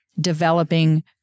developing